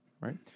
right